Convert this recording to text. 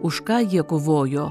už ką jie kovojo